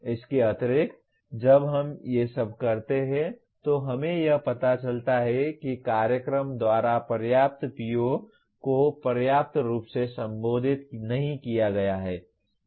इसके अतिरिक्त जब हम ये सब करते हैं तो हमें यह पता चलता है कि कार्यक्रम द्वारा पर्याप्त PO को पर्याप्त रूप से संबोधित नहीं किया गया है